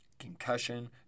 concussion